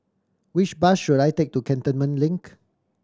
which bus should I take to Cantonment Link